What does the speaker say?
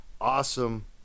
awesome